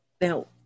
Now